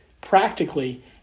practically